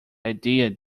idea